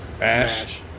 Ash